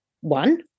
one